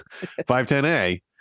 510A